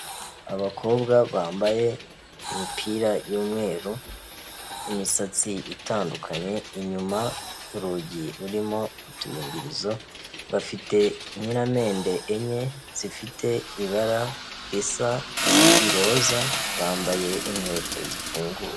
Abakobwa bambaye imipira y'umweru, imisatsi itandukanye, inyuma ku rugi rurimo utuyungirizo, bafite inkiramende enye zifite ibara risa iroza, bambaye inkweto zifunguye.